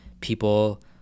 people